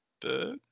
Bird